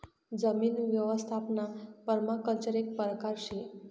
जमीन यवस्थापनना पर्माकल्चर एक परकार शे